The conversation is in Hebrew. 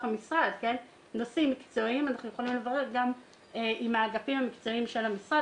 המשרד ואנחנו יכולים לברר גם עם האגפים המקצועיים של המשרד